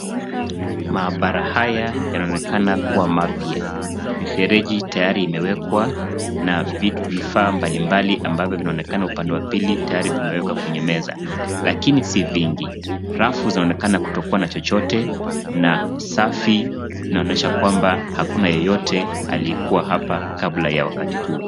Maabara haya yanaonekana kuwa mapya. Mifereji tayari imewekwa na vifaa mbali mbali ambavyo vinaonekana upande wa pili tayari vimewekwa kwenye meza, lakini si vingi. Rafu zinaonekana kutokuwa na chochote na safi zinaonyesha kwamba hakuna yeyote aliyekuwa hapa kabla ya wakati huu.